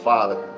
Father